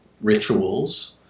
rituals